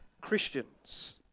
Christians